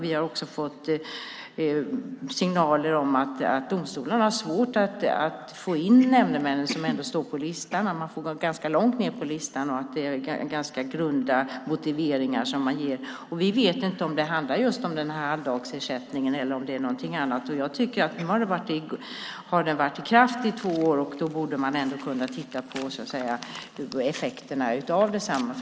Vi har också fått signaler om att domstolarna har svårt att få in nämndemännen som står på listan. Man får gå ganska långt ned på listan, och det är ganska grunda motiveringar som ges. Vi vet inte om det handlar om halvdagsersättningen eller om det är någonting annat. Den har nu varit i kraft i två år, och då borde man kunna titta på effekterna av den.